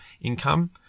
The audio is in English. income